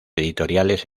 editoriales